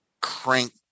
crank